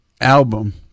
album